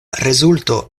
rezulto